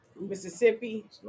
Mississippi